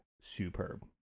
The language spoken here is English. superb